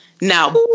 Now